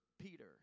Peter